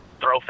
throw